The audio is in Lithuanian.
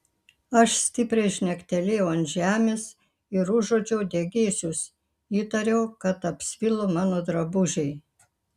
aš stipriai žnektelėjau ant žemės ir užuodžiau degėsius įtariau kad apsvilo mano drabužiai